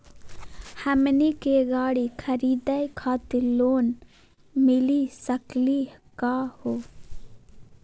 हमनी के गाड़ी खरीदै खातिर लोन मिली सकली का हो?